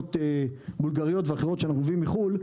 גבינות בולגריות ואחרות שאנחנו מביאים מחו"ל,